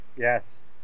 Yes